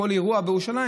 כל אירוע בירושלים,